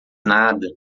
nada